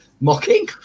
mocking